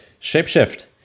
Shapeshift